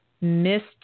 Missed